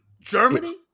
Germany